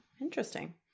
Interesting